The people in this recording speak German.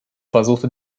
versuchte